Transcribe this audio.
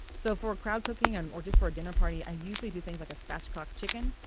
so for crowd cooking and or just for a dinner party, i usually do things like a spatchcocked chicken,